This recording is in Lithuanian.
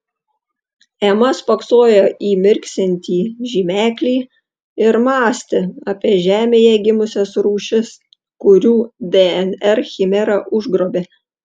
ema spoksojo į mirksintį žymeklį ir mąstė apie žemėje gimusias rūšis kurių dnr chimera užgrobė